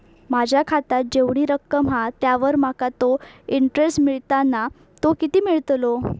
माझ्या खात्यात जेवढी रक्कम हा त्यावर माका तो इंटरेस्ट मिळता ना तो किती मिळतलो?